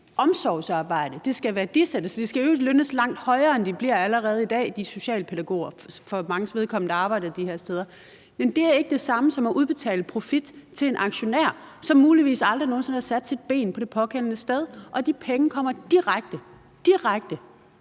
omsorgsarbejde – det skal værdisættes, det skal i øvrigt lønnes langt højere, end det bliver allerede i dag i forhold til de socialpædagoger, som for manges vedkommende arbejder de her steder – men det er ikke det samme som at udbetale profit til en aktionær, som muligvis aldrig nogen sinde har sat sine ben det pågældende sted. De penge kommer direkte